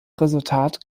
resultat